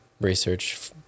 research